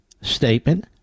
statement